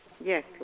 Yes